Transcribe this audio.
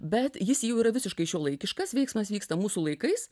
bet jis jau yra visiškai šiuolaikiškas veiksmas vyksta mūsų laikais